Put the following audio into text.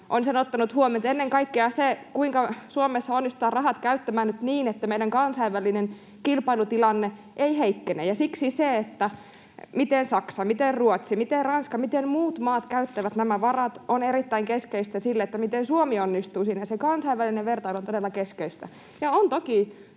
on ottanut huomioon ennen kaikkea sen, kuinka Suomessa onnistutaan rahat käyttämään nyt niin, että meidän kansainvälinen kilpailutilanteemme ei heikkene. Siksi se, miten Saksa, miten Ruotsi, miten Ranska, miten muut maat käyttävät nämä varat, on erittäin keskeistä sille, miten Suomi onnistuu siinä, ja se kansainvälinen vertailu on todella keskeistä.